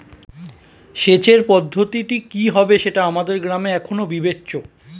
সেচের পদ্ধতিটি কি হবে সেটা আমাদের গ্রামে এখনো বিবেচ্য